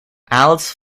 alice